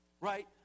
Right